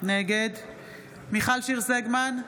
נגד מיכל שיר סגמן,